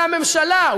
והממשלה,